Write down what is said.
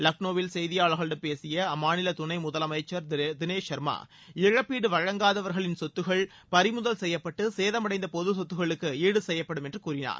லக்னோவில் செய்தியாளர்களிடம் பேசிய அம்மாநில துணை முதலமைச்சர் திரு திளேஷ் சர்மா இழப்பீடு வழங்காதவர்களின் சொத்துக்கள் பறிமுதல் செய்யப்பட்டு சேதமடைந்த பொது சொத்துக்களுக்கு ஈடு செய்யப்படும் என்று கூறினார்